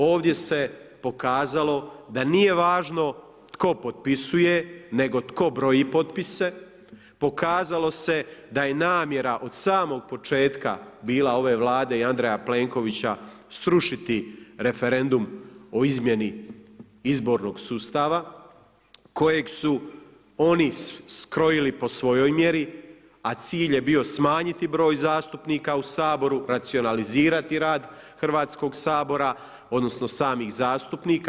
Ovdje se pokazalo da nije važno tko potpisuje nego tko broji potpise, pokazalo se da je namjera od samog početka bila ove Vlade i Andreja Plenkovića srušiti referendum o izmjeni izbornog sustava kojeg su oni skrojili po svojoj mjeri a cilj je bio smanjiti broj zastupnika u Saboru, racionalizirati rad Hrvatskog sabora, odnosno samih zastupnika.